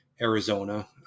Arizona